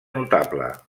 notable